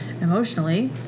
emotionally